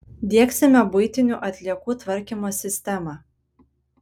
diegsime buitinių atliekų tvarkymo sistemą